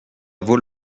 vaut